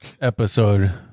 episode